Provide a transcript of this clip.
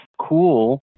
cool